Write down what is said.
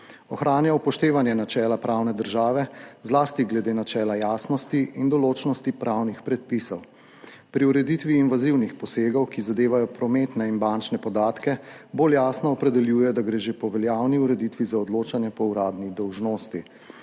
Ohranja upoštevanje načela pravne države, zlasti glede načela jasnosti in določnosti pravnih predpisov. Pri ureditvi invazivnih posegov, ki zadevajo prometne in bančne podatke, bolj jasno opredeljuje, da gre že po veljavni ureditvi za odločanje po uradni dolžnosti.